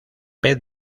pez